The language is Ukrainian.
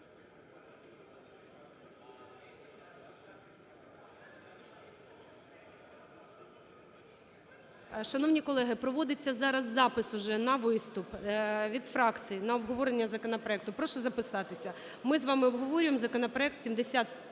Шановні колеги, проводиться зараз запис уже на виступ від фракцій на обговорення законопроекту. Прошу записатися. Ми з вами обговорюємо законопроект 7302